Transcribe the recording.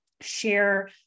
share